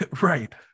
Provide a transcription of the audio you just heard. right